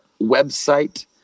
website